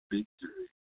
Victory